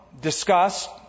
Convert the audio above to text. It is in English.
discussed